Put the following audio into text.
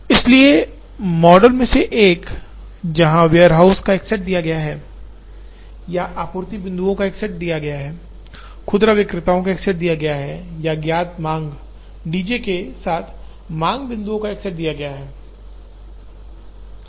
इसलिए मॉडल में से एक है जहाँ वेयरहाउस का एक सेट दिया है या आपूर्ति बिंदुओं का एक सेट दिया है खुदरा विक्रेताओं का एक सेट दिया है या ज्ञात मांग D j के साथ मांग बिंदुओं का एक सेट दिया है